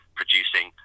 producing